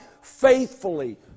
faithfully